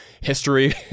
history